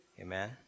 Amen